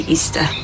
Easter